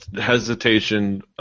hesitation